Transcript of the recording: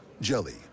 Jelly